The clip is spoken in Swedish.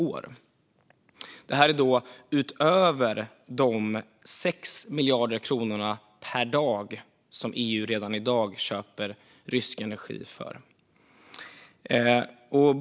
Och det här är utöver de 6 miljarder kronor per dag som EU redan i dag köper rysk energi för.